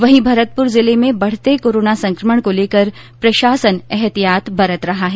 वहीं भरतपुर जिले में बढ़ते कोरोना संकमण को लेकर प्रशासन एहतियात बरत रहा है